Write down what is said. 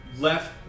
left